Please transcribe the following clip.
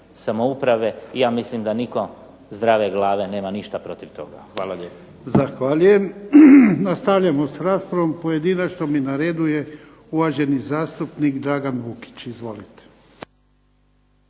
samouprave. I ja mislim da nitko zdrave glave nema ništa protiv toga. Hvala lijepa. **Jarnjak, Ivan (HDZ)** Zahvaljujem. Nastavljamo s raspravom pojedinačnom i na redu je uvaženi zastupnik Dragan Vukić. Izvolite.